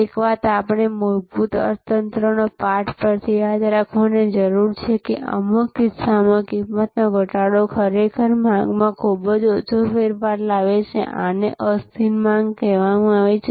એક વાત આપણે મૂળભૂત અર્થતંત્રોના પાઠ પરથી યાદ રાખવાની જરૂર છે કે અમુક કિસ્સામાં કિંમતોમાં ઘટાડો ખરેખર માંગમાં ખૂબ જ ઓછો ફેરફાર લાવે છે આને અસ્થિર માંગ કહેવામાં આવે છે